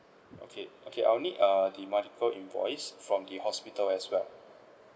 okay okay I would need err the medical invoice from the hospital as well